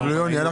גם ליוני.